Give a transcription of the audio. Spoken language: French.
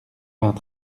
vingt